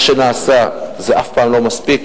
מה שנעשה זה אף פעם לא מספיק,